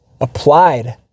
applied